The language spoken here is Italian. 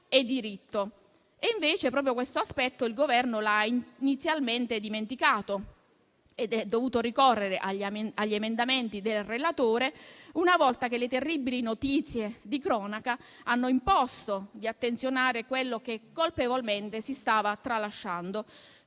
Invece, proprio questo aspetto il Governo l'ha inizialmente dimenticato ed è dovuto ricorrere agli emendamenti del relatore una volta che le terribili notizie di cronaca hanno imposto di attenzionare quello che colpevolmente si stava tralasciando.